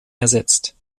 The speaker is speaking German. ersetzt